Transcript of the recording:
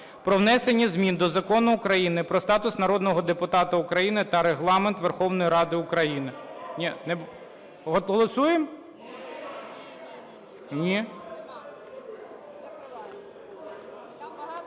про внесення змін до Закону України "Про статус народного депутата України" та Регламент Верховної Ради України…